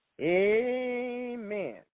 Amen